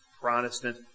Protestant